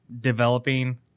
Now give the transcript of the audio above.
developing